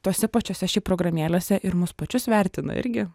tose pačiose šiaip programėlėse ir mus pačius vertina irgi